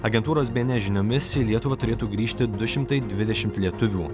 agentūros bns žiniomis į lietuva turėtų grįžti du šimtai dvidešimt lietuvių